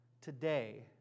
today